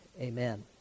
amen